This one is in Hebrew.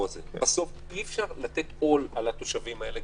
הזה - בסוף אי-אפשר לתת עול על התושבים האלה.